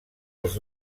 els